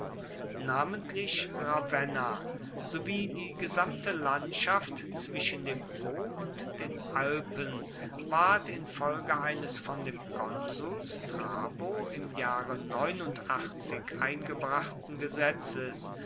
namentlich ravenna sowie die gesamte landschaft zwischen dem po und den alpen ward infolge eines von dem konsul strabo im jahre eingebrachten gesetzes